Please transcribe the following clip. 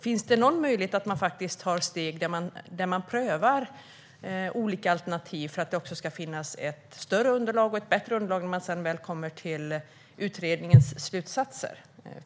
Finns det någon möjlighet att man faktiskt prövar olika alternativ för att det också ska finnas ett större och bättre underlag när man sedan väl kommer till utredningens slutsatser?